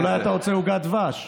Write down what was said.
אולי אתה רוצה עוגת דבש.